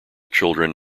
children